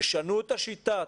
תשנו את השיטה,